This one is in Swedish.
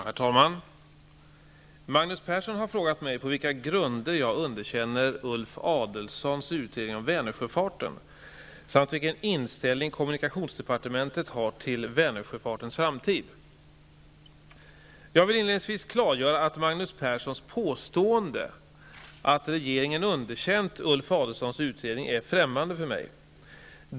Herr talman! Magnus Persson har frågat mig på vilka grunder jag underkänner Ulf Adelsohns utredning om Vänersjöfarten samt vilken inställning kommunikationsdepartementet har till Vänersjöfartens framtid. Jag vill inledningsvis klargöra att Magnus Perssons påstående att regeringen underkänt Ulf Adelsohns utredning är främmande för mig.